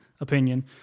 opinion